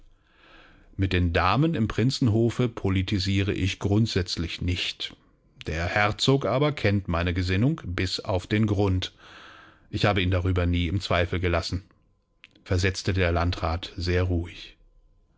mit den damen im prinzenhofe politisiere ich grundsätzlich nicht der herzog aber kennt meine gesinnungen bis auf den grund ich habe ihn darüber nie im zweifel gelassen versetzte der landrat sehr ruhig